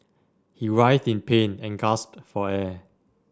he writhed in pain and gasped for air